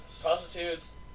prostitutes